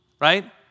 right